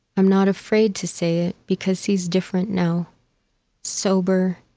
i'm not afraid to say it because he's different now sober,